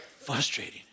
frustrating